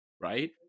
right